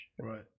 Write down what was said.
right